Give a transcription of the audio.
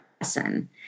lesson